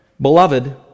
Beloved